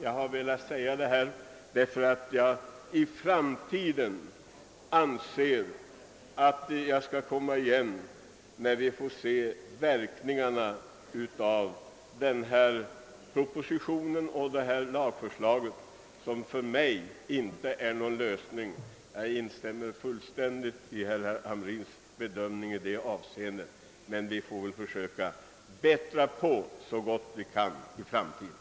Jag har velat säga detta därför att jag ämnar återkomma med synpunkter när vi så småningom får uppleva verkningarna av den föreslagna lagen, som för mig inte innebär någon lösning av problemen. Jag instämmer fullständigt i herr Hamrins i Kalmar bedömning i det avseendet, och vi får väl försöka mildra lagens framtida verkningar så gott vi kan.